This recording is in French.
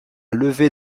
levée